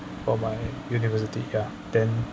for my university ya then